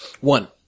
One